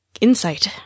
Insight